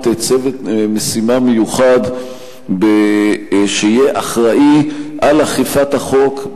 צוות משימה מיוחד שיהיה אחראי לאכיפת החוק,